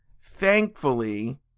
Thankfully